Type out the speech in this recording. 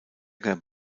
gab